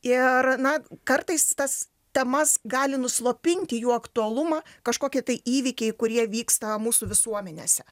ir na kartais tas temas gali nuslopinti jų aktualumą kažkokie tai įvykiai kurie vyksta mūsų visuomenėse